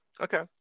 Okay